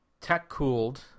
tech-cooled